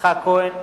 יצחק כהן,